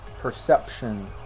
Perception